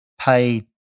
pay